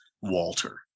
Walter